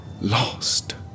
lost